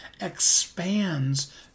expands